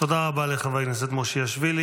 תודה רבה לחבר הכנסת מושיאשוילי.